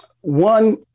one